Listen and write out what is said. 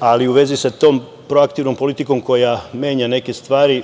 ali u vezi sa tom proaktivnom politikom koja menja neke stvari,